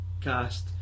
cast